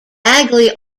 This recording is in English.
bagley